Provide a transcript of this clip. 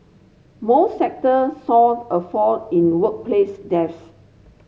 more sector saw a fall in workplace deaths